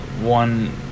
one